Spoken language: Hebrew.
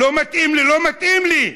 לא מתאים לי, לא מתאים לי.